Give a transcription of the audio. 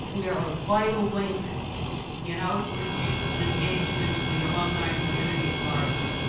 we are a vital link in outreach and engagement to the alumni community at large.